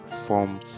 form